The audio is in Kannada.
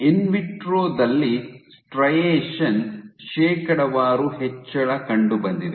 ಇನ್ವಿಟ್ರೊ ದಲ್ಲಿ ಸ್ಟ್ರೈಯೆಶನ್ ಶೇಕಡಾವಾರು ಹೆಚ್ಚಳ ಕಂಡುಬಂದಿದೆ